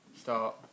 start